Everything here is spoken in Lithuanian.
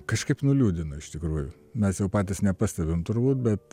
kažkaip nuliūdino iš tikrųjų mes jau patys nepastebim turbūt bet